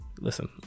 listen